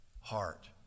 heart